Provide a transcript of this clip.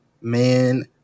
man